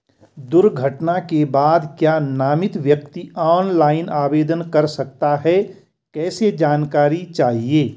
दुर्घटना के बाद क्या नामित व्यक्ति ऑनलाइन आवेदन कर सकता है कैसे जानकारी चाहिए?